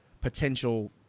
potential